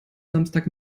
samstag